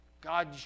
God